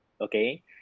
okay